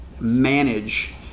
manage